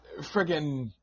friggin